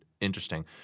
interesting